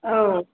औ